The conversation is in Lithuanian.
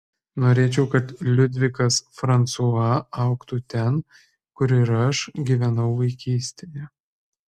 norėčiau kad liudvikas fransua augtų ten kur ir aš gyvenau vaikystėje